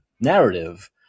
narrative